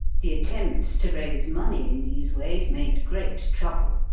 the attempts to raise money in these ways made great trouble.